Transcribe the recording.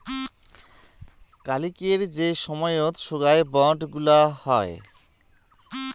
কালিকের যে সময়ত সোগায় বন্ড গুলা হই